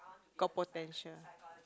got potential